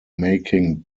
making